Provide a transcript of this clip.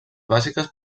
bàsiques